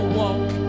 walk